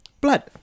blood